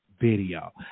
video